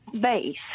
base